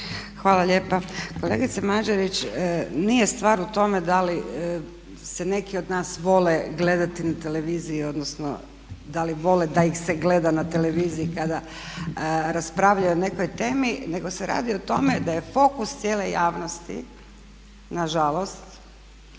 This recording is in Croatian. Hvala lijepa. Kolegice Mađarić, nije stvar u tome da li se neki od nas vole gledati na televiziji, odnosno da li vole da ih se gleda na televiziji kada raspravljaju o nekoj temi, nego se radi o tome da je fokus cijele javnosti na žalost